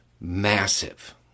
Massive